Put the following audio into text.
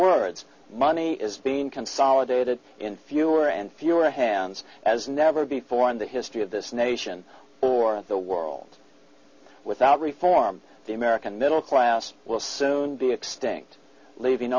words money is being consolidated in fewer and fewer hands as never before in the history of this nation or the world without reform the american middle class will soon be extinct leaving